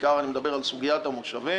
בעיקר אני מדבר על סוגיית המושבים,